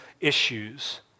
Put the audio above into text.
issues